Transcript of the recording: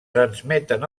transmeten